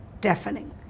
deafening